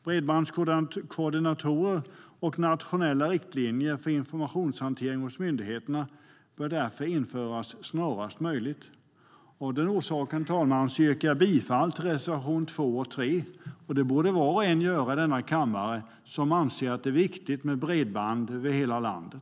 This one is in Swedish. Bredbandskoordinatorer och nationella riktlinjer för informationshantering hos myndigheterna bör därför införas snarast möjligt. Herr talman! Av den orsaken yrkar jag bifall till reservationerna 2 och 3, och det borde var och en i denna kammare göra som anser att det är viktigt med bredband över hela landet.